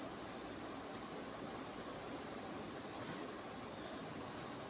आलू कटाई मसीन सें अर्थव्यवस्था म सुधार हौलय